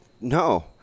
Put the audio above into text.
No